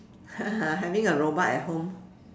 having a robot at home